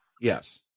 Yes